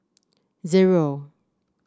zero